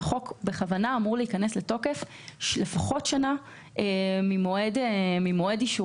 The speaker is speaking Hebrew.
שהחוק בכוונה אמור להיכנס לתוקף לפחות שנה ממועד אישורו,